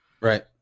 Right